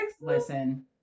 Listen